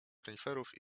reniferów